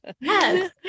Yes